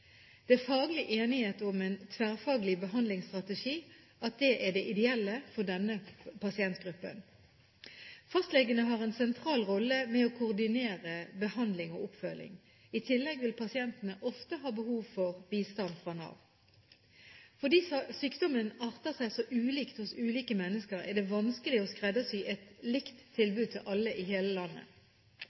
Det er faglig enighet om at en tverrfaglig behandlingsstrategi er det ideelle for denne pasientgruppen. Fastlegene har en sentral rolle med å koordinere behandling og oppfølging. I tillegg vil pasientene ofte ha behov for bistand fra Nav. Fordi sykdommen arter seg så ulikt hos ulike mennesker, er det vanskelig å skreddersy et likt tilbud til alle i hele landet.